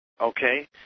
Okay